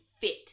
fit